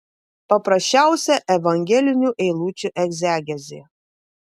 paprasčiausia evangelinių eilučių egzegezė